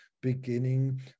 beginning